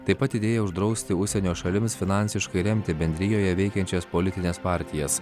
taip pat idėją uždrausti užsienio šalims finansiškai remti bendrijoje veikiančias politines partijas